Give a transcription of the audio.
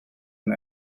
and